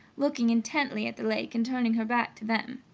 looking intently at the lake and turning her back to them.